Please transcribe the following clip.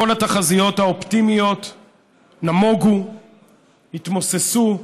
כל התחזיות האופטימיות נמוגו, התמוססו,